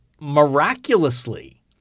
miraculously